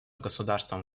государствам